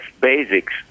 basics